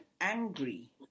angry